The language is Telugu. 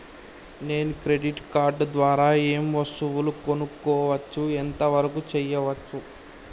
నేను క్రెడిట్ కార్డ్ ద్వారా ఏం వస్తువులు కొనుక్కోవచ్చు ఎంత వరకు చేయవచ్చు?